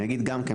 אני אגיד גם כן,